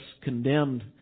condemned